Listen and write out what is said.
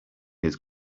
his